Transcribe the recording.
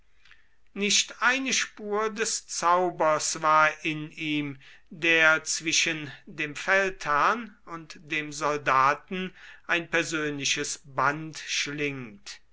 nicht eine spur des zaubers war in ihm der zwischen dem feldherrn und dem soldaten ein persönliches band schlingt